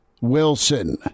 Wilson